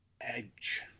Edge